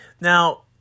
Now